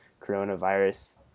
coronavirus